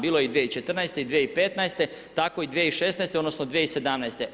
Bilo je i 2014. i 2015. tako i 2016. odnosno 2017.